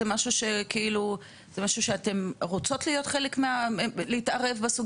אלה סוגיות שאתן רוצות להיות חלק מהן ולהתערב בהן?